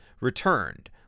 returned